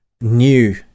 new